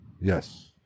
Yes